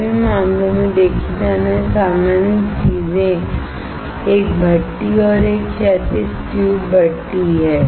सभी मामलों में देखी जाने वाली सामान्य चीजें एक भट्ठी और एक क्षैतिज ट्यूब भट्ठी हैं